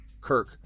Kirk